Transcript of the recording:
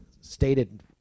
stated